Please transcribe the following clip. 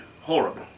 horrible